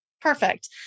Perfect